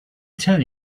tell